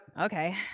Okay